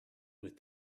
with